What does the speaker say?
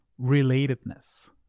relatedness